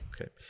Okay